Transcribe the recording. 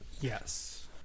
yes